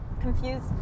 confused